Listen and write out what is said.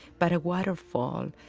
but a waterfall,